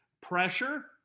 Pressure